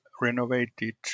renovated